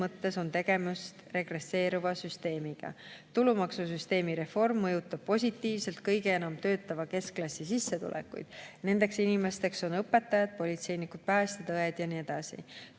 on tegemist regresseeruva süsteemiga. Tulumaksusüsteemi reform mõjutab positiivselt kõige enam töötava keskklassi sissetulekuid. Nendeks inimesteks on õpetajad, politseinikud, päästjad, õed ja nii edasi.